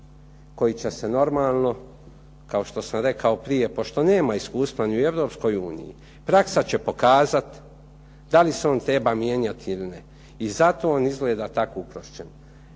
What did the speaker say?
koji će se normalno kao što sam rekao prije pošto nema iskustva ni u EU praksa će pokazati da li se on treba mijenjati ili ne. I zato on izgleda tako uprošćen.